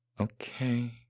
Okay